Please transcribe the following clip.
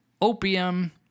opium